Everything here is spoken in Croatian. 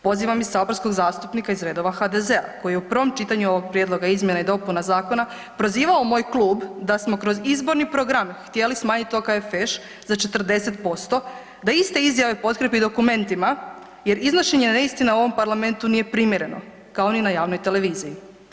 Pozivam i saborskog zastupnika iz redova HDZ-a koji je u prvom čitanju ovog prijedlog izmjena i dopuna zakona prozivao moj klub da smo kroz izborni program htjeli smanjiti OKFŠ za 40%, da iste izjave potkrijepi dokumentima jer iznošenje neistina u ovom parlamentu nije primjereno kao ni na javnoj televiziji.